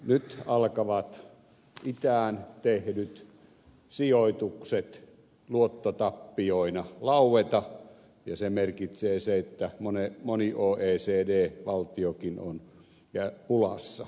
nyt alkavat itään tehdyt sijoitukset luottotappioina laueta ja se merkitsee että moni oecd valtiokin on pulassa